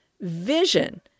vision